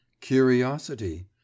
Curiosity